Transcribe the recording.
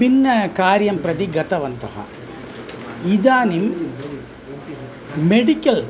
भिन्न कार्यं प्रति गतवन्तः इदानीं मेडिकल्